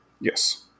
Yes